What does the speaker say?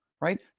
right